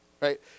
right